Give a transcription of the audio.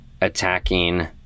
attacking